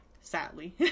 sadly